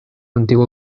antiguo